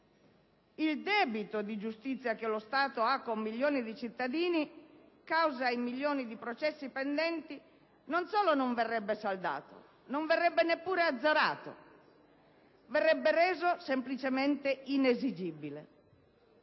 Il debito di giustizia che lo Stato ha con milioni di cittadini a causa dei milioni di processi pendenti non solo non verrebbe saldato, ma non sarebbe neppure azzerato: verrebbe reso semplicemente inesigibile,